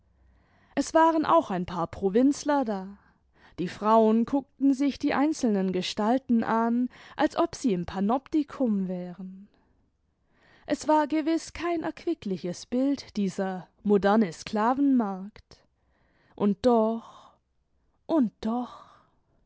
es waren auch ein paar provinzler da die frauen guckten sich die einzelnen gestalten an als ob sie im panoptikum wären es war gewiß kein erquickliches bild dieser moderne sklavenmarkt und doch und doch